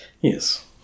Yes